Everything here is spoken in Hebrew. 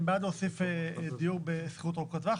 אני בעד להוסיף דיור בשכירות ארוכת טווח,